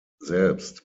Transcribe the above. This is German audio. selbst